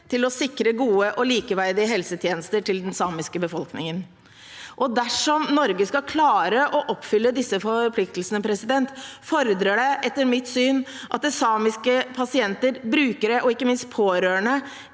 til å sikre gode og likeverdige helsetjenester til den samiske befolkningen. Dersom Norge skal klare å oppfylle disse forpliktelsene, fordrer det etter mitt syn at samiske pasienter, brukere og ikke minst pårørende